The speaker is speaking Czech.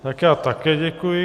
Tak já také děkuji.